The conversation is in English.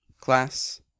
Class